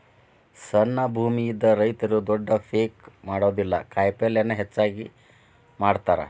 ಸಣ್ಣ ಭೂಮಿ ಇದ್ದ ರೈತರು ದೊಡ್ಡ ಪೇಕ್ ಮಾಡುದಿಲ್ಲಾ ಕಾಯಪಲ್ಲೇನ ಹೆಚ್ಚಾಗಿ ಮಾಡತಾರ